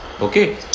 Okay